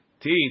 Teeth